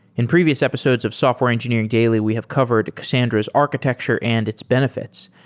in previous episodes of software engineering daily we have covered cassandra s architecture and its benefits,